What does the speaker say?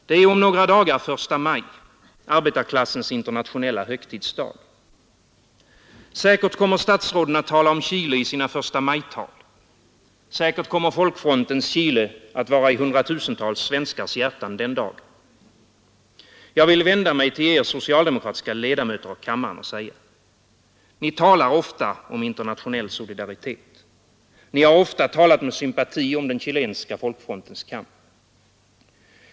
Det är om några dagar första maj, arbetarklassens internationella högtidsdag. Säkert kommer statsråden att tala om Chile i sina förstamajtal, säkert kommer folkfrontens Chile att vara i hundratusentals svenskars hjärtan den dagen. Jag vill vända mig till er socialdemokratiska ledamöter av kammaren och säga: Ni talar ofta om internationell solidaritet. Ni har ofta talat med sympati om den chilenska folkfrontens kamp.